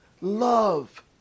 Love